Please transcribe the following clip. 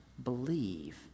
Believe